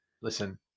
Listen